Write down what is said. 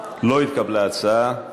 לא התקבלה ההצעה.